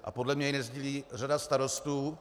A podle mě to nesdílí řada starostů.